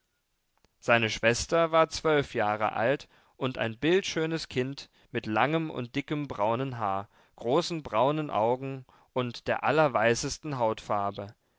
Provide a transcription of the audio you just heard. seine schwester war zwölf jahre alt und ein bildschönes kind mit langem und dickem braunen haar großen braunen augen und der allerweißesten hautfarbe